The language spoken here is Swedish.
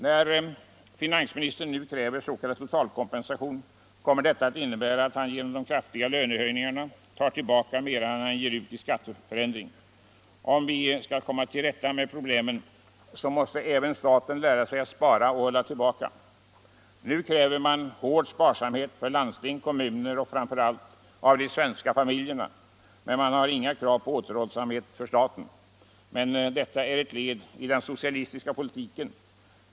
När finansministern nu kräver s.k. totalkompensation kommer det att innebära att han genom de kraftiga lönehöjningarna tar tillbaka mera än han ger ut i skatteförändring. Om vi skall komma till rätta med problemen, måste även staten lära sig att spara och hålla tillbaka. Nu kräver man hård sparsamhet för landsting, kommuner och framför allt de svenska familjerna, men man har inga krav på återhållsamhet för staten. Detta är ett led i den socialistiska politiken.